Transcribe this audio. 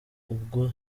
ubwo